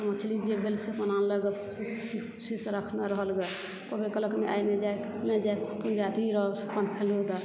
माछ मछली जे भेल से आनलक गऽ सऽ रखन रहल गऽ एको बेर कहल आइ नहि जाए के